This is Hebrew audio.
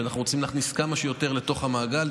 שאנחנו רוצים להכניס כמה שיותר לתוך המעגל,